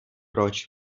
proč